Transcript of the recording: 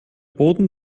boden